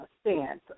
stance